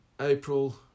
April